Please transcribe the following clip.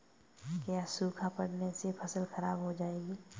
क्या सूखा पड़ने से फसल खराब हो जाएगी?